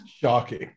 Shocking